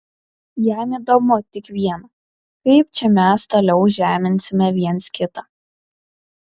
jam įdomu tik viena kaip čia mes toliau žeminsime viens kitą